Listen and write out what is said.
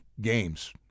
games